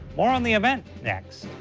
more on the event, next.